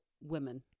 women